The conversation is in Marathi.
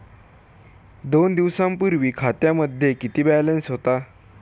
दोन दिवसांपूर्वी खात्यामध्ये किती बॅलन्स होता?